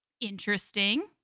Interesting